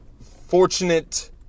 fortunate